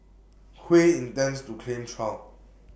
Hui intends to claim trial